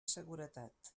seguretat